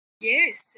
Yes